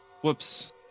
Whoops